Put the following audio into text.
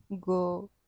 go